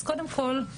אז קודם כל,